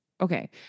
okay